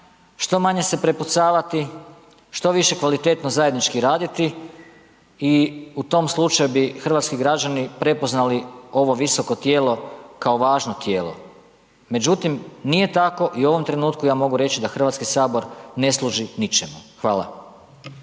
što manje se prepucavati, što više kvalitetno zajednički raditi i u tom slučaju bi hrvatski građani prepoznali ovo visoko tijelo kao važno tijelo. Međutim, nije tako i u ovom trenutku ja mogu reći da Hrvatski sabor ne služi ničemu. Hvala.